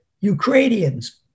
Ukrainians